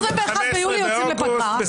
15 באוגוסט.